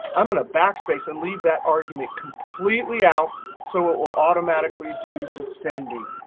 i'm going to backspace and leave that argument completely out so it will automatically do descending.